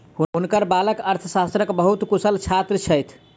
हुनकर बालक अर्थशास्त्रक बहुत कुशल छात्र छथि